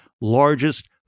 largest